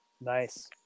Nice